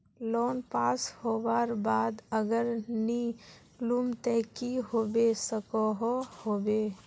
Loan pass होबार बाद अगर नी लुम ते की होबे सकोहो होबे?